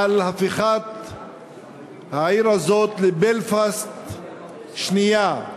על הפיכת העיר הזאת לבלפסט שנייה,